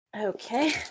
Okay